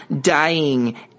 dying